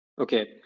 okay